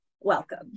welcome